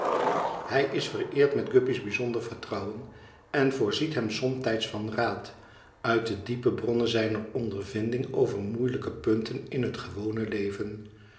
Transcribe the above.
hij is vereerd met guppy's bijzonder vertrouwen en voorziet hem somtijds van raad uit de diepe bronnen zijner ondervinding over moeielijke punten in het gewone leven